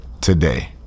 today